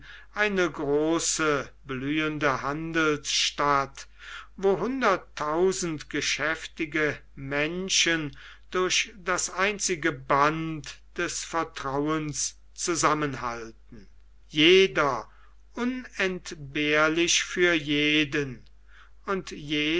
eine große blühende handelsstadt wo hunderttausend geschäftige menschen durch das einzige band des vertrauens zusammenhalten jeder unentbehrlich für jeden und jeder